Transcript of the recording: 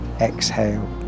exhale